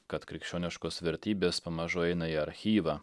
kad krikščioniškos vertybės pamažu eina į archyvą